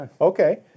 Okay